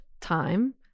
time